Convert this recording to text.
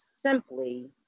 simply